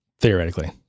theoretically